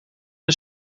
een